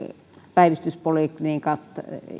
päivystyspoliklinikat